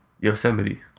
Yosemite